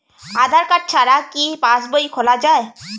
আধার card ছাড়া কি পাসবই খোলা যায়?